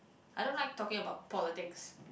I don't like talking about politics